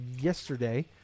yesterday